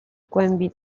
głębi